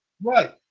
Right